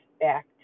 back